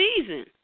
season